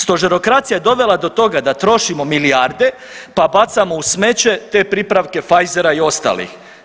Stožerokracija je dovela do toga da trošimo milijarde, pa bacamo u smeće te pripravke Pfizera i ostalih.